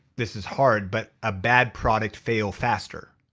this is hard, but a bad product fail faster.